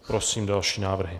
Prosím další návrhy.